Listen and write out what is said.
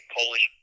Polish